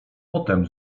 potem